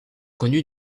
connu